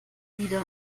wieder